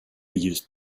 used